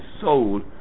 soul